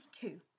two